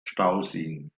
stauseen